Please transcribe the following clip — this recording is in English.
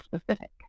specific